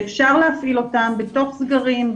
שאפשר להפעיל אותם בתוך סגרים,